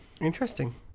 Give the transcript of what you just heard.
interesting